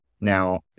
Now